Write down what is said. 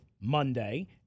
Monday